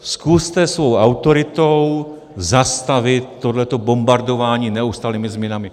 Zkuste svou autoritou zastavit tohle bombardování neustálými změnami.